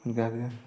भए गेलै